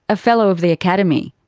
a fellow of the academy.